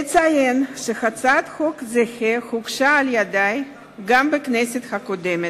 אציין כי הצעת חוק זהה הוגשה על-ידי גם בכנסת הקודמת.